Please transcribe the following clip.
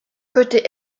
côté